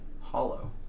Hollow